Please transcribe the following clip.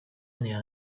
handia